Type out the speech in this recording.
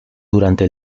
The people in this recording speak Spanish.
durante